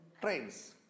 trains